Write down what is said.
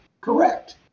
correct